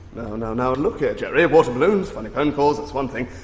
now now now look here, jerry, water balloons, funny phone calls, that's one thing.